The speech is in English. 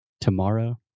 tomorrow